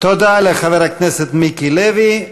תודה לחבר הכנסת מיקי לוי.